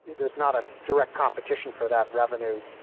there's not a direct competition for that revenue